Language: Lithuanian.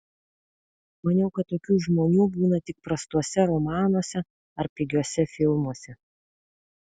maniau kad tokių žmonių būna tik prastuose romanuose ar pigiuose filmuose